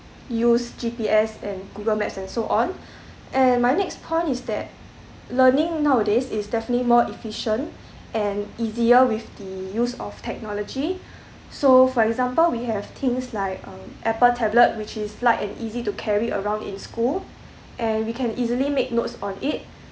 use G_P_S and google maps and so on and my next point is that learning nowadays is definitely more efficient and easier with the use of technology so for example we have things like um apple tablet which is light and easy to carry around in school and we can easily make notes on it